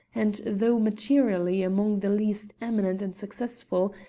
and though materially among the least eminent and successful,